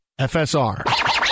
FSR